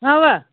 آ